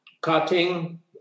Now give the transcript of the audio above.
cutting